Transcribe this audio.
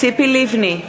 ציפי לבני,